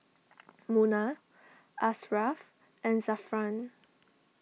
Munah Ashraf and Zafran